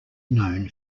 known